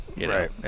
Right